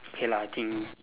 okay lah I think